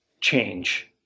change